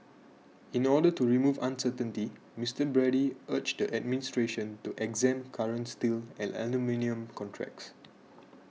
in order to remove uncertainty Mister Brady urged the administration to exempt current steel and aluminium contracts